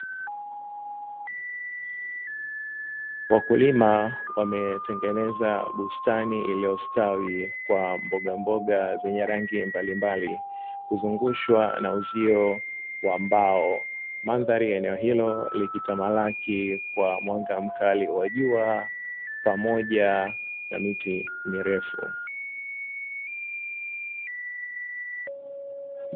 Wakulima wametengeneza bustani iliyostawi kwa mbogamboga zenye rangi mbalimbali, kuzungushwa na uzio wa mbao. Mandhari ya eneo hilo likitamalaki kwa mwanga mkali wa jua pamoja na miti mirefu.